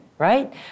right